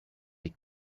des